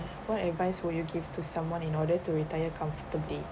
what advice will you give to someone in order to retire comfortably